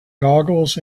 goggles